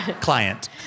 client